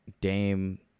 Dame